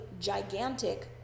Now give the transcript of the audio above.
gigantic